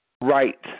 Right